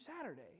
Saturday